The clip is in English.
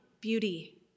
beauty